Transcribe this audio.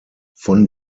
von